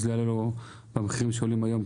זה לא יעלה כמו המחיר שיש היום,